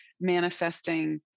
manifesting